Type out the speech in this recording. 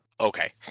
okay